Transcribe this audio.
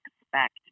expect